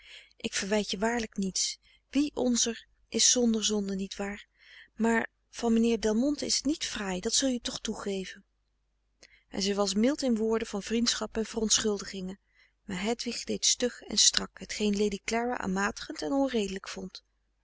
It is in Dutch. ik verwijt je waarlijk niets wie onzer is zonder zonde niet waar maar van mijnheer delmonte is het niet fraai dat zul je toch toegeven en zij was mild in woorden van vriendschap en verontschuldigingen maar hedwig deed stug en strak hetgeen lady clara aanmatigend en onredelijk vond